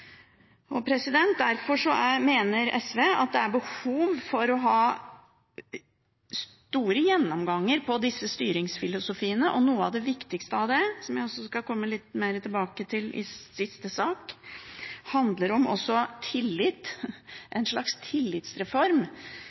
Derfor mener SV at det er behov for å ha en stor gjennomgang av styringsfilosofiene. Noe av det viktigste av det, som jeg også skal komme litt mer tilbake til i neste sak, handler om tillit, en slags tillitsreform,